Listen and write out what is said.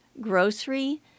grocery